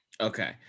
okay